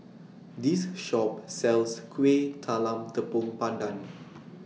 This Shop sells Kueh Talam Tepong Pandan